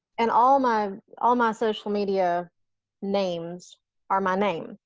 and all my all my social media names are my name.